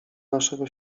naszego